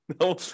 No